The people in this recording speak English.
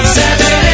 seven